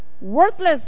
Worthless